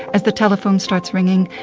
as the telephone starts ringing.